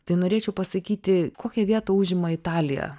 tai norėčiau pasakyti kokią vietą užima italija